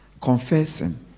confessing